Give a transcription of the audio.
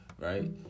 Right